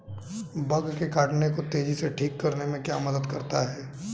Bug के काटने को तेजी से ठीक करने में क्या मदद करता है?